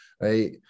right